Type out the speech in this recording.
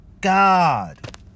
God